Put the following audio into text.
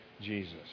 Jesus